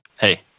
hey